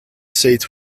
seats